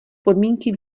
podmínky